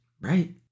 right